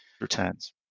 returns